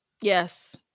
Yes